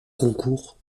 concours